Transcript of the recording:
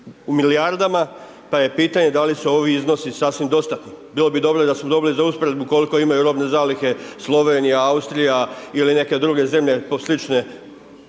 u milijardama, pa je pitanje, da li su ovi iznosi sasvim dostatni. Bilo bi dobro da smo dobili za usporedbu koliko imaju robne zalihe Slovenija, Austrija, ili neke druge zemlje, po slične